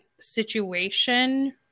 situation